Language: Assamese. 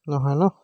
নহয় ন